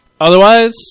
Otherwise